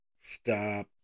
Stop